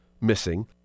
missing